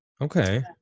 Okay